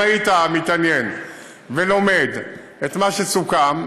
אם היית מתעניין ולומד את מה שסוכם,